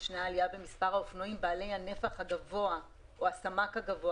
ישנה גם עלייה במספר האופנועים בעלי הסמ"ק הגבוה,